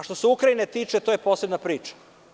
Što se Ukrajine tiče, to je posebna priča.